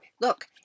look